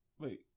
Wait